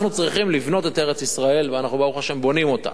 אנחנו צריכים לבנות את ארץ-ישראל ואנחנו ברוך השם בונים אותה.